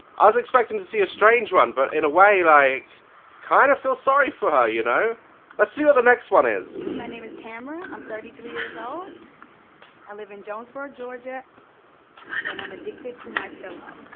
ah was expecting to see a strange one, but in a way like kind of feel sorry her. you know let's see what the next one is my name is tamra. i'm thirty three years old i live in jonesboro, georgia and i'm addicted to my pillow